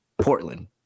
Portland